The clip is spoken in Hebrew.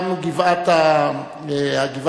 גם הגבעה בבית-אל,